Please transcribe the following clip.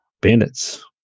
bandits